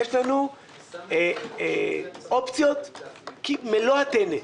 יש לנו אופציות כמלוא הטנא.